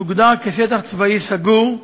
תוגדר כשטח צבאי סגור.